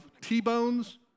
T-bones